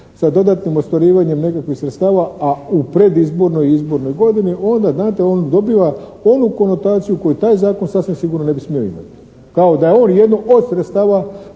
sa dodatnim ostvarivanjem nekakvih sredstava a u predizbornoj i izbornoj godini onda znate on dobiva onu konotaciju koju taj zakon sasvim sigurno ne bi smio imati. Kao da je on jedno od sredstava